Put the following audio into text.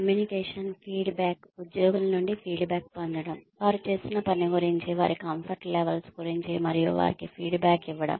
communication feedback ఉద్యోగుల నుండి feedback పొందడం వారు చేస్తున్న పని గురించి వారి కంఫర్ట్ లెవల్స్ గురించి మరియు వారికి ఫీడ్బ్యాక్ ఇవ్వడం